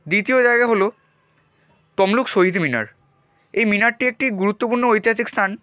দ্বিতীয় জায়গা হল তমলুক শহীদ মিনার এই মিনারটি একটি গুরুত্বপূর্ণ ঐতিহাসিক স্থান